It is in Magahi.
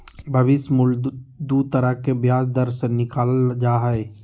भविष्य मूल्य दू तरह के ब्याज दर से निकालल जा हय